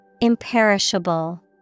Imperishable